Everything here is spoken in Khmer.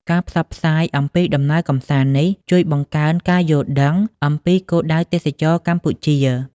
ការផ្សព្វផ្សាយអំពីដំណើរកម្សាន្តនេះ ជួយបង្កើនការយល់ដឹងអំពីគោលដៅទេសចរណ៍កម្ពុជា។